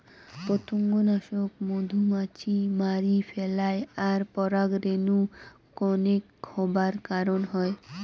পতঙ্গনাশক মধুমাছি মারি ফেলায় আর পরাগরেণু কনেক হবার কারণ হই